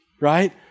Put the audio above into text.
right